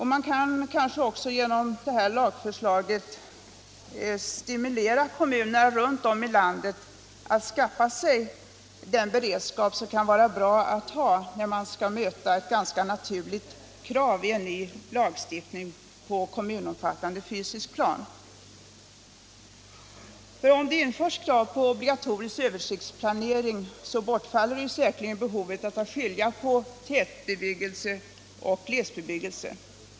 Genom detta lagförslag kan kanske kommunerna runt om i landet stimuleras att skaffa sig den beredskap som kan vara bra att ha när de skall möta ett i en ny lagstiftning ganska naturligt krav på en kommunomfattande fysisk plan. Om det införs krav på obligatorisk översiktsplanering, bortfaller säkerligen behovet att skilja mellan tätbebyggelse och glesbebyggelse.